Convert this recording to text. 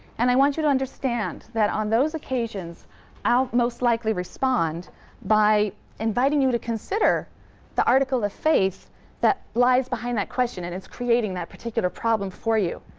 and i want you to understand that on those occasions i'll most likely respond by inviting you to consider the article of faith that lies behind that question and is creating that particular problem for you.